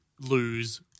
lose